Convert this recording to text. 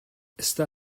està